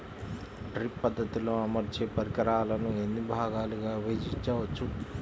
Drip పద్ధతిలో అమర్చే పరికరాలను ఎన్ని భాగాలుగా విభజించవచ్చు?